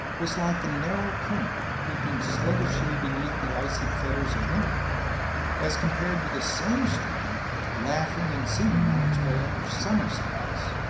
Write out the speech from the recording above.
was like the narrow current creeping sluggishly beneath the icy fetters of winter as compared with the same stream laughing and singing on its way under summer skies.